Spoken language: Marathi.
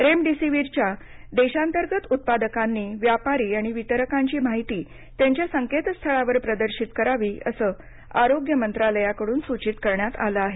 रेमडिसीवीरच्या देशांतर्गत उत्पादकांनी व्यापारी आणि वितरकांची माहिती त्यांच्या संकेत स्थळावर प्रदर्शित करावी असं आरोग्य मंत्रालयाकडून सूचित करण्यात आलं आहे